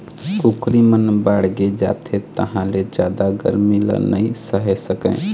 कुकरी मन बाड़गे जाथे तहाँ ले जादा गरमी ल नइ सहे सकय